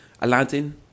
Aladdin